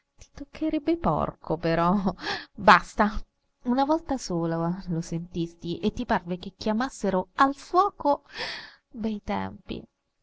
ti toccherebbe porco però basta una volta sola lo sentisti e ti parve che chiamassero al fuoco bei tempi